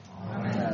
Amen